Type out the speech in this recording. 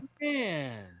Man